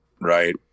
right